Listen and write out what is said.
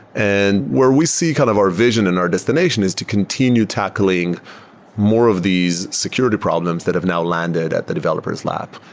and where we see kind of our vision and our destination is to continue tackling more of these security problems that have now landed at the developers lap.